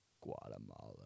Guatemala